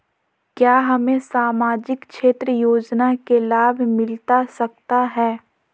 क्या हमें सामाजिक क्षेत्र योजना के लाभ मिलता सकता है?